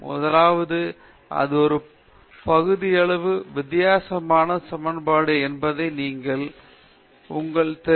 முதலாவதாக இது ஒரு பகுதியளவு வித்தியாசமான சமன்பாடு என்பதை நீங்கள் தெரிந்து கொள்ள வேண்டும் அது நேரியல் ஆகும் அது நீள்வட்டமானது இது நான்கு பக்கங்களில் எல்லை நிலைகளைத் திருப்புகிறது